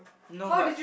no but